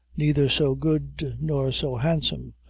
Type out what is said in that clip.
neither so good nor so handsome.